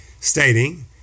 stating